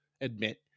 admit